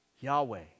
Yahweh